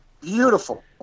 beautiful